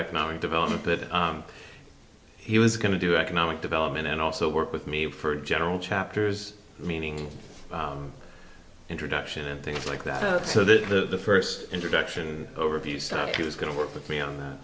economic development that he was going to do economic development and also work with me for general chapters meaning introduction and things like that so that the first introduction overview stuff he was going to work with me on